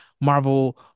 Marvel